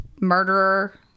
murderer